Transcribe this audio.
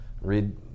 read